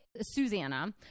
Susanna